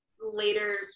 later